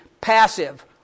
Passive